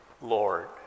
Lord